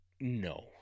No